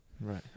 Right